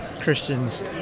Christian's